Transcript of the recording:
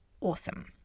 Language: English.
awesome